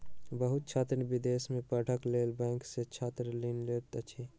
बहुत छात्र विदेश में पढ़ैक लेल बैंक सॅ छात्र ऋण लैत अछि